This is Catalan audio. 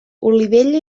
olivella